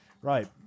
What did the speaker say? right